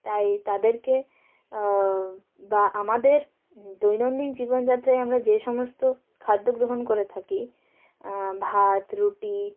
তাই তাদেরকে বা আমাদের দৈনন্দিন জীবনযাত্রায় আমরা যে সমস্ত খাদ্য গ্রহণ করে থাকি ভাত রুটি